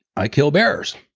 i kill bears.